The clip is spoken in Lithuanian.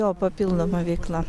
jo papildoma veikla